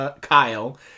Kyle